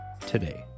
today